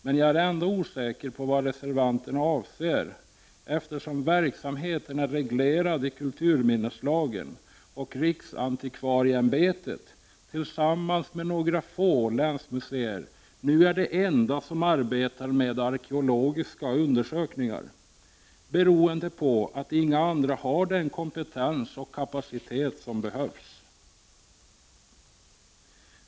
Men jag är ändå osäker på vad reservanterna avser, eftersom verksamheten är reglerad i kulturminneslagen och riksantikvarieämbetet — tillsammans med några få länsmuseer — nu är det enda organ som arbetar med arkeologiska undersökningar, beroende på att inga andra har den kompetens och den kapacitet som behövs.